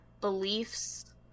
beliefs